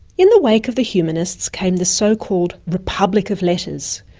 in the wake of the humanists came the so-called republic of letters,